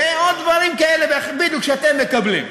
ועוד דברים כאלה ואחרים, שאתם מקבלים.